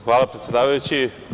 Hvala predsedavajući.